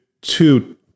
two